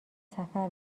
سفر